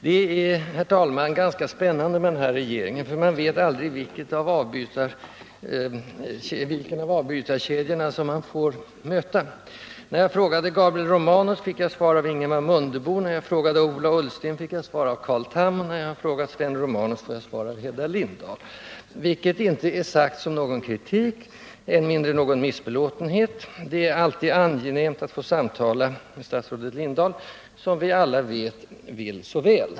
Det är ganska spännande med denna regering, för man vet aldrig vilken av avbytarkedjorna man får möta. När jag frågade Gabriel Romanus fick jag svar av Ingemar Mundebo, när jag frågade Ola Ullsten fick jag svar av Carl Tham och när jag frågade Sven Romanus får jag svar av Hedda Lindahl — vilket inte är sagt som någon kritik, än mindre någon missbelåtenhet. Det är alltid angenämt att få samtala med statsrådet Lindahl, som vill så väl som vi alla vet.